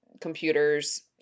computers